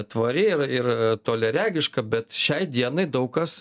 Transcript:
tvari ir ir toliaregiška bet šiai dienai daug kas